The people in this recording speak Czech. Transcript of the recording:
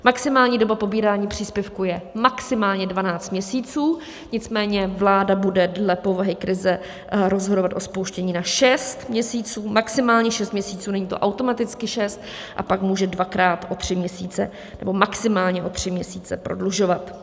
Maximální doba pobírání příspěvku je maximálně 12 měsíců, nicméně vláda bude dle povahy krize rozhodovat o spouštění na šest měsíců maximálně šest měsíců, není to automaticky šest a pak může dvakrát o tři měsíce nebo maximálně o tři měsíce prodlužovat.